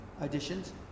additions